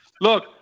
Look